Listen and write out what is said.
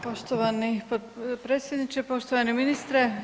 Poštovani predsjedniče, poštovani ministre.